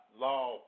Law